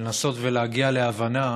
לנסות ולהגיע להבנה,